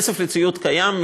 כסף לציוד קיים,